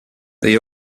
they